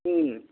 ꯎꯝ